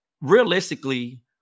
realistically